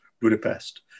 Budapest